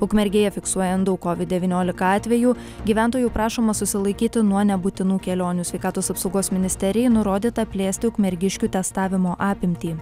ukmergėje fiksuojant daug kovid devyniolika atvejų gyventojų prašoma susilaikyti nuo nebūtinų kelionių sveikatos apsaugos ministerijai nurodyta plėsti ukmergiškių testavimo apimtį